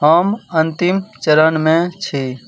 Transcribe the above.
हम अन्तिम चरणमे छी